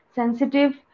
sensitive